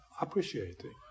appreciating